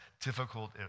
difficult